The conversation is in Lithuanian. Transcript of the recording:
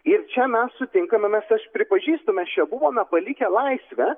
ir čia mes sutinkame mes aš pripažįstu mes čia buvome palikę laisvę